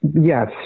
Yes